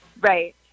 Right